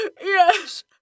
Yes